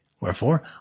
Wherefore